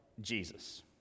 Jesus